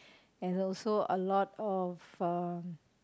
and also a lot of uh